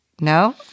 no